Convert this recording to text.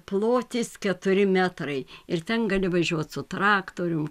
plotis keturi metrai ir ten gali važiuot su traktorium